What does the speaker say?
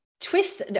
twist